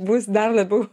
bus dar labiau